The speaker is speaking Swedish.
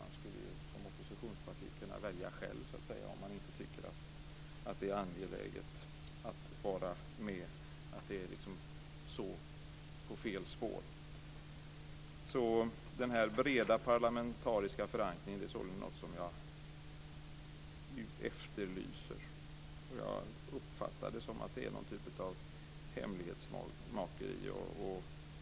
Man skulle ju som oppositionsparti själv kunna välja att inte vara med om man inte tycker att det är angeläget, om man tycker att det är så på fel spår. Jag efterlyser sålunda den här breda parlamentariska förankringen, och jag uppfattar det som att det är någon typ av hemlighetsmakeri.